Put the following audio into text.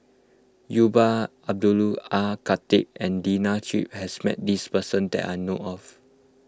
Umar Abdullah Khatib and Lina Chiam has met this person that I know of